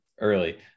early